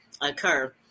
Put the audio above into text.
occur